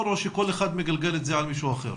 או שכל אחד מגלגל את זה על מישהו אחר?